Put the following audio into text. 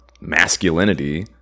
masculinity